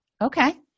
okay